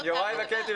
יוראי וקטי,